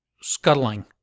scuttling